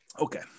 okay